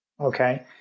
Okay